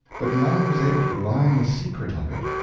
but none was able to divine the secret of it.